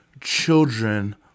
children